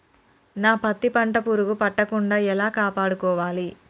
నా పత్తి పంట పురుగు పట్టకుండా ఎలా కాపాడుకోవాలి?